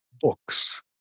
books